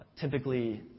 typically